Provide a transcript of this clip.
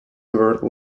were